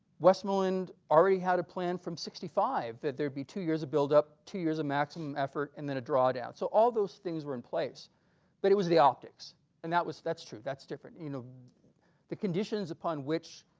westmoreland already had a plan from sixty five that there'd be two years of buildup two years of maximum effort and then a drawdown so all those things were in place but it was the optics and that was that's true that's different you know the conditions upon which